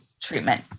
treatment